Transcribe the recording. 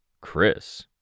Chris